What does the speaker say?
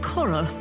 Cora